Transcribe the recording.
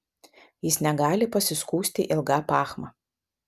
jis negali pasiskųsti ilga pachma